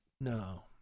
no